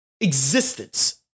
existence